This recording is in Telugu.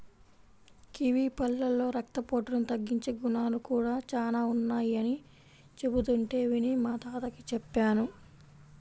కివీ పళ్ళలో రక్తపోటును తగ్గించే గుణాలు కూడా చానా ఉన్నయ్యని చెబుతుంటే విని మా తాతకి చెప్పాను